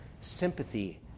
sympathy